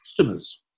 customers